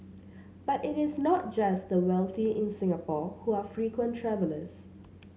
but it is not just the wealthy in Singapore who are frequent travellers